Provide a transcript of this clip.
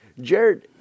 jared